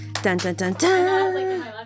Dun-dun-dun-dun